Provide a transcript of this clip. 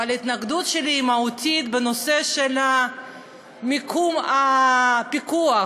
ההתנגדות שלי היא מהותית בנושא של מיקום הפיקוח.